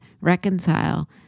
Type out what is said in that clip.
reconcile